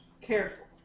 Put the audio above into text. Careful